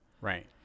Right